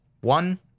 one